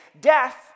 death